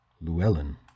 Llewellyn